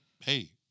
hey